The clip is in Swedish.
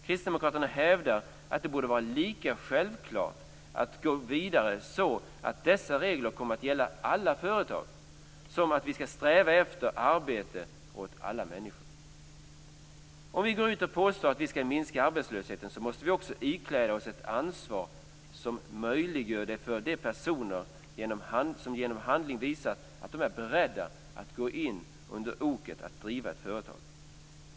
Kristdemokraterna hävdar att det borde vara lika självklart att gå vidare så att dessa regler kommer att gälla alla företag som att vi skall sträva efter arbete åt alla människor. Om vi går ut och påstår att vi skall minska arbetslösheten måste vi också ikläda oss ett ansvar som möjliggör för de personer som genom handling visat att de är beredda att gå in under oket att driva ett företag.